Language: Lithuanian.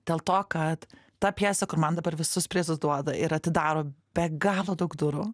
dėl to kad ta pjesė kur man dabar visus prizus duoda ir atidaro be galo daug durų